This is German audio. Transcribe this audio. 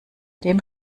dem